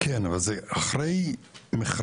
כן, אבל זה אחרי מכרזים?